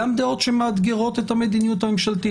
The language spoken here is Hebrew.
גם דעות שמאתגרות את המדיניות הממשלתית.